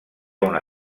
una